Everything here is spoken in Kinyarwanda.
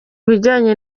bijyanye